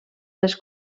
les